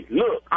look